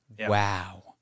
Wow